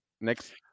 next